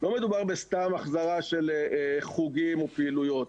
לא מדובר בסתם החזרה של חוגים או פעילויות.